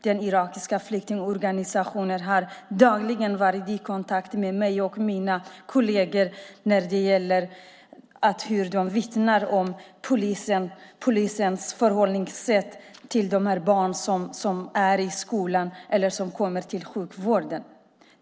Den irakiska flyktingorganisationen har dagligen varit i kontakt med mig och mina kolleger och vittnat om polisens förhållningssätt till dessa barn när de är i skolan eller kommer till sjukvården.